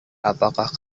apakah